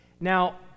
Now